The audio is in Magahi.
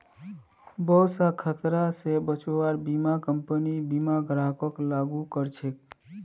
बहुत स खतरा स बचव्वार बीमा कम्पनी बीमा ग्राहकक लागू कर छेक